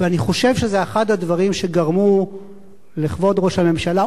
ואני חושב שזה אחד הדברים שגרמו לכבוד ראש הממשלה,